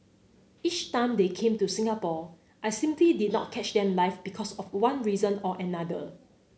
each time they came to Singapore I simply did not catch them live because of one reason or another